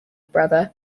brother